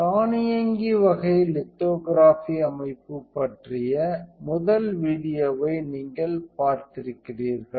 தானியங்கி வகை லித்தோகிராஃபி அமைப்பு பற்றிய முதல் வீடியோவை நீங்கள் பார்த்திருக்கிறீர்கள்